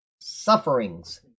sufferings